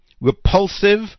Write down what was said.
repulsive